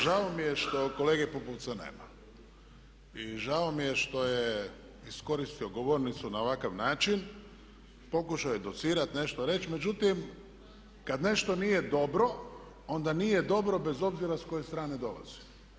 Žao mi je što kolege Pupovca nema i žao mi je što je iskoristio govornicu na ovakav način, pokušao je docirati nešto i reći međutim kad nešto nije dobro onda nije dobro bez obzira s koje strane dolazi.